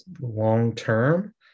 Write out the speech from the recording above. long-term